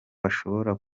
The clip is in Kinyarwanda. bashobora